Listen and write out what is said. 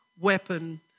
weapon